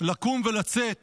לקום ולצאת